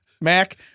Mac